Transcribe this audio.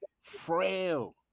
frail